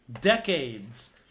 decades